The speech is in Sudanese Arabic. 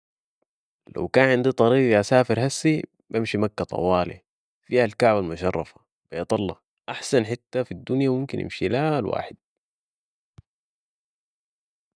لو كان عندي طريقه اسافر هسي بمشي مكة طوالي ، فيها الكعبة المشرفة بيت الله. احسن حتة في الدنيا ممكن يمشي ليها الواحد